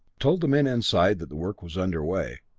told the men inside that the work was under way.